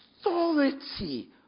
authority